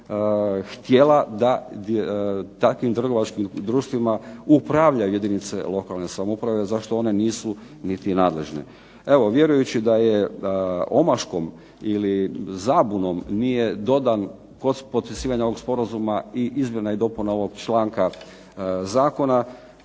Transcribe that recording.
htjela da takvim trgovačkim društvima upravljaju jedinice lokalne samouprave za što one nisu niti nadležne. Evo vjerujući da je omaškom ili zabunom nije dodan kod potpisivanja ovog sporazuma i izmjena i dopuna ovog članka zakona